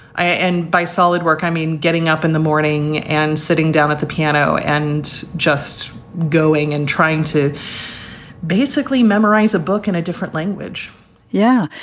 and by solid work, i mean getting up in the morning and sitting down at the piano and just going and trying to basically memorize a book in a different language yeah,